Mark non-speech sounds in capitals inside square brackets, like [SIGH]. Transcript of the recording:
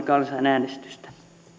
[UNINTELLIGIBLE] kansanäänestystä